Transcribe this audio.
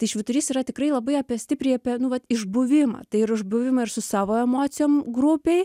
tai švyturys yra tikrai labai apie stipriai apie nu vat išbuvimą tai ir išbuvimą ir su savo emocijom grupėj